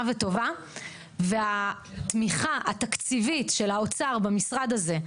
וטובה והתמיכה התקציבית של האוצר במשרד הזה,